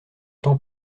temps